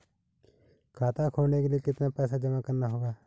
खाता खोलने के लिये कितना पैसा जमा करना होगा?